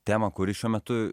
temą kuri šiuo metu